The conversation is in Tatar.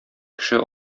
кеше